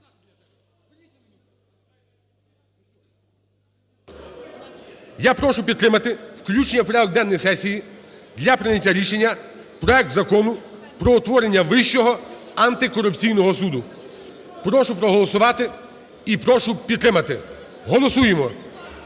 Я прошу підтримати включення в порядок денний сесії для прийняття рішення проект Закону про утворення Вищого антикорупційного суду. Прошу проголосувати і прошу підтримати. Голосуємо.